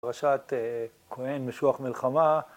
‫פרשת כהן משוח מלחמה.